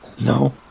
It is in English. no